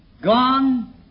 gone